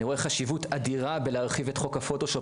אני רואה חשיבות אדירה בלהרחיב את חוק הפוטושופ